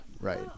right